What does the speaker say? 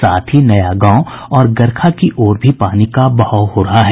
साथ ही नयागांव और गरखा की ओर भी पानी का बहाव हो रहा है